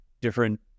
different